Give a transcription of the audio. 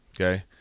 okay